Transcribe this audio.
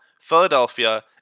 Philadelphia